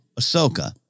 Ahsoka